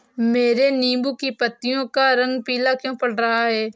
मेरे नींबू की पत्तियों का रंग पीला क्यो पड़ रहा है?